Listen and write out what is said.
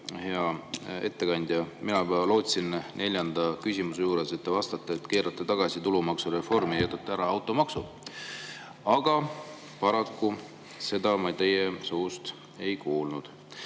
Hea ettekandja! Mina lootsin neljanda küsimuse juures, et te vastate, et keerate tagasi tulumaksureformi ja jätate automaksu ära. Aga paraku seda me teie suust ei kuulnud.